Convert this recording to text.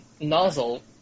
nozzle